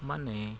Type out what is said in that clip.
ಮನೆ